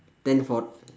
then for